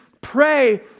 pray